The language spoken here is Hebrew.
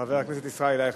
חבר הכנסת ישראל אייכלר,